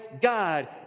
God